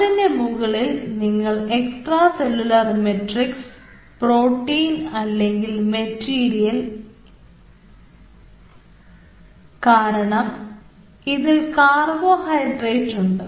അതിൻറെ മുകളിൽ നിങ്ങൾ എക്സ്ട്രാ സെല്ലുലാർ മെട്രിക്സ് പ്രോട്ടീൻ അല്ലെങ്കിൽ മെറ്റീരിയൽ കാരണം ഇതിൽ കാർബോഹൈഡ്രേറ്റ് ഉണ്ട്